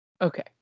Okay